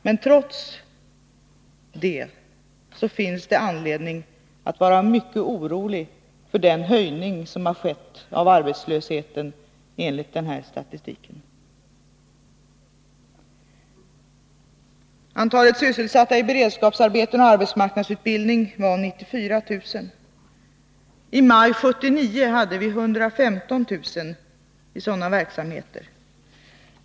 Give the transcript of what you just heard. Men trots detta finns det anledning att vara mycket orolig för den höjning som skett av arbetslösheten enligt den här statistiken. Antalet sysselsatta i beredskapsarbeten och arbetsmarknadsutbildning var 94 000 personer. I maj 1979 hade vi 115 000 i sådana verksamheter.